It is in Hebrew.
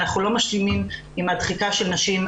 אנחנו לא משלימים עם הדחיקה של נשים,